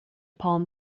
palm